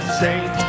saint